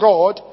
God